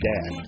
Dad